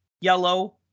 yellow